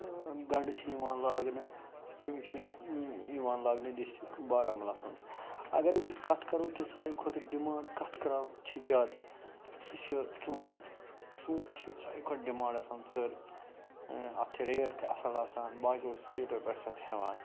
گنٛڈٕ چھِ یِوان لاگنہٕ یِم چھِ یِوان لاگنہٕ ڈِسٹرک بارہمُلہس منٛز اگرحظ وۄنۍ کَتھ کَرو کہِ ساروٕے کھۄتہٕ ڈِمانڈ کَتھ کراپس چھِ زیادٕ سُہ چھُ ژوٗٹٮ۪ن ژوٗنٹھۍ چھِ ساروٕے کھۄتہٕ ڈِمانڈ آسان ژٔر اَتھ چھِ ریٹ تہِ اَصٕل آسان باقِیو سِٹیٹو پٮ۪ٹھ چھِ اَتھ ہیٚوان